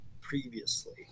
previously